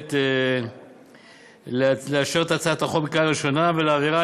הכנסת לאשר את הצעת החוק בקריאה ראשונה ולהעבירה